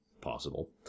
possible